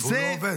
והוא לא עובד.